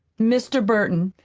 mr. burton,